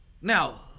Now